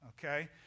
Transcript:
Okay